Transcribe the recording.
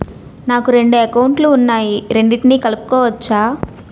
నాకు రెండు అకౌంట్ లు ఉన్నాయి రెండిటినీ కలుపుకోవచ్చా?